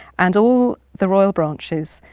and all the royal branches,